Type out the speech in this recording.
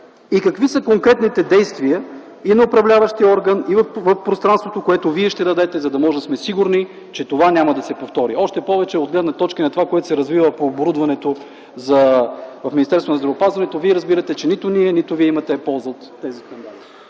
И какви са конкретните действия - и на управляващия орган, и в пространството, които Вие ще зададете, за да можем да сме сигурни, че това няма да се повтори, още повече от гледна точка на това, което се развива по оборудването в Министерството на здравеопазването. Вие разбирате, че нито вие, нито ние имаме полза от тези скандали.